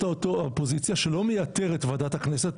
האופוזיציה שלא מייתר את ועדת הכנסת,